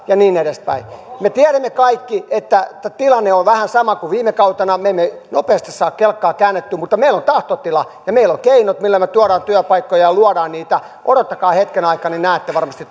ja niin edespäin me tiedämme kaikki että tilanne on vähän sama kuin viime kautena me emme nopeasti saa kelkkaa käännettyä mutta meillä on tahtotila ja meillä on keinot millä me me tuomme työpaikkoja ja luomme niitä odottakaa hetken aikaa niin näette varmasti